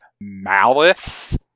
malice